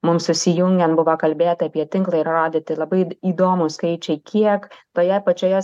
mum susijungiant buvo kalbėta apie tinklą ir rodyti labai įdomūs skaičiai kiek toje pačioje